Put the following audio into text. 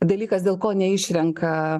dalykas dėl ko neišrenka